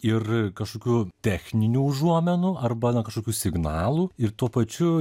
ir kažkokių techninių užuominų arba na kažkokių signalų ir tuo pačiu